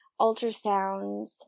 ultrasounds